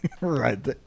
Right